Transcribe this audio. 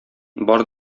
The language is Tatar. бар